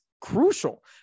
crucial